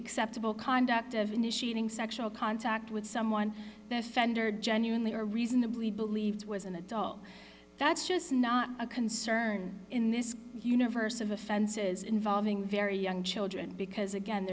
acceptable conduct of initiating sexual contact with someone that offender genuinely or reasonably believed was an adult that's just not a concern in this universe of offenses involving very young children because again